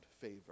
favor